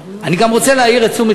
אנחנו מדברים על כיתות א'-ב'.